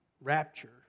rapture